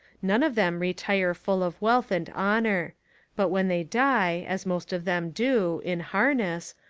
none of them retire full of wealth and honour but when they die, as most of them do, in harness,